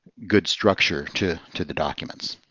good structure to to the documents.